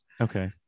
Okay